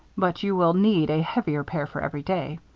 but you will need a heavier pair for everyday.